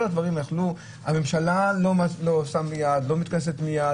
הממשלה לא מתכנסת מיד,